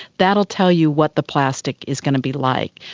that will tell you what the plastic is going to be like,